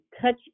touch